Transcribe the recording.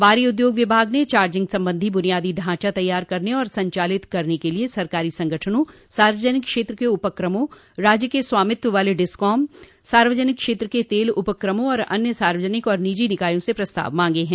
भारी उद्योग विभाग ने चार्जिंग संबंधी बुनियादी ढांचा तैयार करने और संचालित करने के लिए सरकारी संगठनों सार्वजनिक क्षेत्र के उपक्रमों राज्य के स्वामित्व वाले डिस्कॉम सार्वजनिक क्षेत्र के तेल उपक्रमों और अन्य सार्वजनिक तथा निजी निकायों से प्रस्ताव मांग हैं